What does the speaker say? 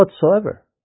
whatsoever